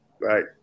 right